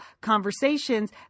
conversations